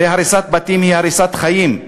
הרי הריסת בתים היא הריסת חיים.